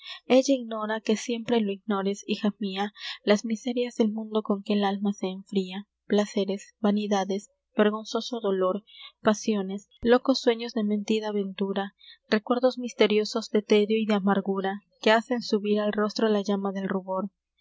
mar ella ignora que siempre lo ignores hija mia las miserias del mundo con que el alma se enfria placeres vanidades vergonzoso dolor pasiones locos sueños de mentida ventura recuerdos misteriosos de tédio y de amargura que hacen subir al rostro la llama del rubor